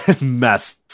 mess